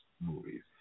movies